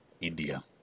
India